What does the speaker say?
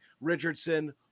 Richardson